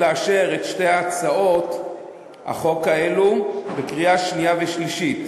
לאשר את שתי הצעות החוק האלו בקריאה שנייה ושלישית.